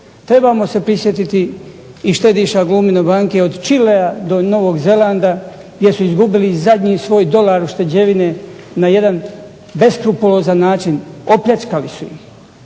Trebamo se prisjetiti i štediša Glumine banke od Čilea do Novog Zelanda gdje su izgubili zadnji svoj dolar ušteđevine na jedan beskrupulozan način, opljačkali su ih.